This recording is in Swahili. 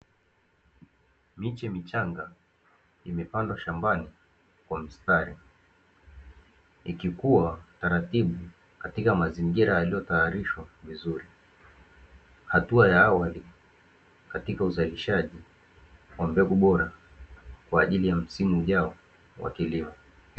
Miche michanga imepandwa shambani kwa mstari, ikikua taratibu katika mazingira yaliyotayarishwa vizuri, hatua ya awali katika uzalishaji wa mbegu bora kwa ajili ya msimu ujao wa kilimo.